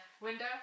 window